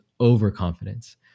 overconfidence